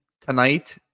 tonight